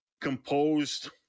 composed